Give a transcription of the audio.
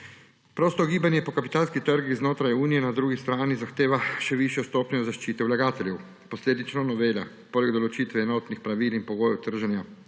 Prosto gibanje po kapitalskih trgih znotraj Unije na drugi strani zahteva še višjo stopnjo zaščite vlagateljev, posledično novela poleg določitve enotnih pravil in pogojev trženja